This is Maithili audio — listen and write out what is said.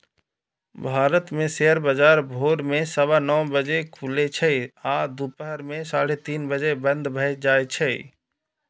भारत मे शेयर बाजार भोर मे सवा नौ बजे खुलै छै आ दुपहर मे साढ़े तीन बजे बंद भए जाए छै